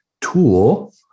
tool